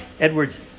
Edwards